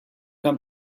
come